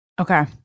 Okay